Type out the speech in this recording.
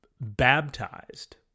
baptized